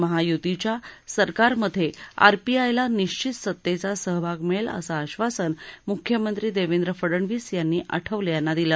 महायुती च्या सरकार मध्ये आरपीआय ला निश्वित सत्तेचा सहभाग मिळेल असं आबासन मुख्यमंत्री देवेंद्र फडणवीस यांनी आठवले यांना दिलं